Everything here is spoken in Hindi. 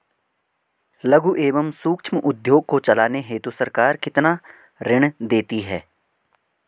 लघु एवं सूक्ष्म उद्योग को चलाने हेतु सरकार कितना ऋण देती है?